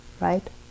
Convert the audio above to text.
right